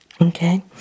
Okay